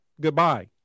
goodbye